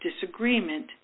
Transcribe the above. disagreement